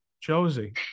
Josie